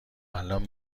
الان